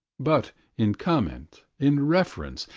but in comment, in reference,